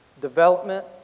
Development